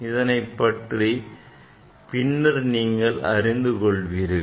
இதனைப் பற்றி பின்னர் நீங்கள் அறிந்து கொள்வீர்கள்